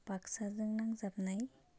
बाक्साजों नांजाबनाय